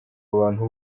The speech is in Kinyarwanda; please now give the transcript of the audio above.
abantu